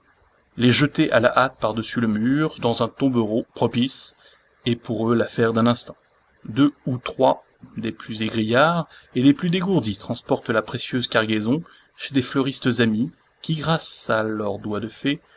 les jeter à la hâte par-dessus le mur dans un tombereau propice est pour eux l'affaire d'un instant deux ou trois des plus égrillards et des plus dégourdis transportent la précieuse cargaison chez des fleuristes amies qui grâce à leurs doigts de fées